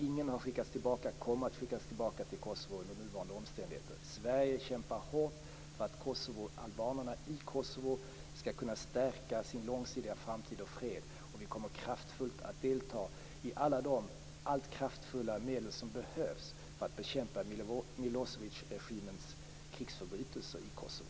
Ingen har skickats tillbaka och ingen kommer att skickas tillbaka till Kosovo under nuvarande omständigheter. Sverige kämpar hårt för att kosovoalbanerna i Kosovo skall kunna stärka sin långsiktiga framtid och fred. Vi kommer att kraftfullt delta med alla de medel som behövs för att bekämpa Milosevicregimens krigsförbrytelser i Kosovo.